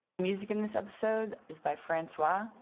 music in this episode is by francois,